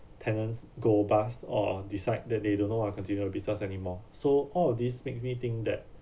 tenants go bust or decide that they don't know what continue the business anymore so all of these makes me think that